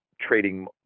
trading